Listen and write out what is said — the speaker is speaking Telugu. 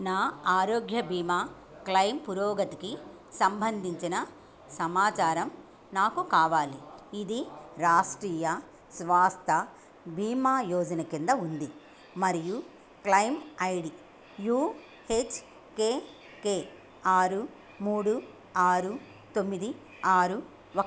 నా ఆరోగ్య భీమా క్లెయిమ్ పురోగతికి సంబంధించిన సమాచారం నాకు కావాలి ఇది రాష్ట్రీయ స్వాస్థ భీమా యోజన కింద ఉంది మరియు క్లయిమ్ ఐడీ యూహెచ్కేకే ఆరు మూడు ఆరు తొమ్మిది ఆరు ఒక